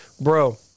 Bro